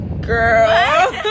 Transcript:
girl